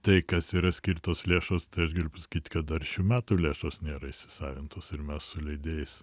tai kas yra skirtos lėšos tai aš galiu pasakyti kad dar šių metų lėšos nėra įsisavintos ir mes su leidėjais